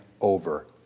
over